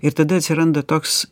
ir tada atsiranda toks